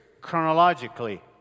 chronologically